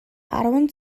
арван